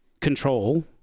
control